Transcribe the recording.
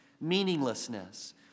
meaninglessness